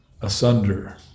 asunder